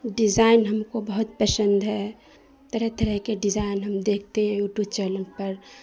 design ہم کو بہت پسند ہے طرح طرح کے ڈیزائن ہم دیکھتے ہیں یوٹیوب چینل پر